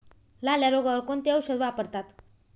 लाल्या रोगावर कोणते औषध वापरतात?